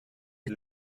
les